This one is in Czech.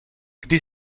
kdy